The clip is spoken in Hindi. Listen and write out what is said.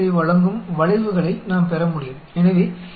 इसलिए इन सभी को हम जीव विज्ञान में भी देखते हैं